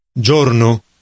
Giorno